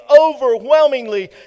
overwhelmingly